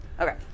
okay